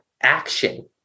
action